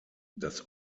das